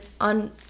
on